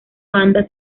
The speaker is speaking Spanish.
banda